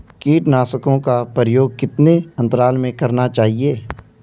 कीटनाशकों का प्रयोग कितने अंतराल में करना चाहिए?